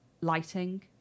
lighting